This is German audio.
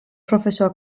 professor